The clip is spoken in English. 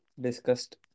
discussed